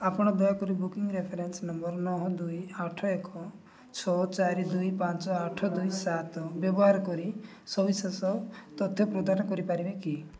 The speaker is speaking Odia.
ଆପଣ ଦୟାକରି ବୁକିଙ୍ଗ ରେଫରେନ୍ସ ନମ୍ବର ନଅ ଦୁଇ ଆଠ ଏକ ଛଅ ଚାରି ଦୁଇ ପାଞ୍ଚ ଆଠ ଦୁଇ ସାତ ବ୍ୟବହାର କରି ସବିଶେଷ ତଥ୍ୟ ପ୍ରଦାନ କରିପାରିବେ କି